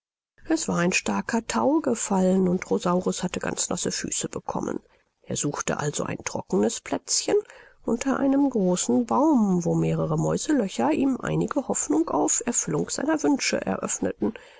es war ein starker thau gefallen und rosaurus hatte ganz nasse füße bekommen er suchte also ein trockenes plätzchen unter einem großen baum wo mehrere mäuselöcher ihm einige hoffnung auf erfüllung seiner wünsche eröffneten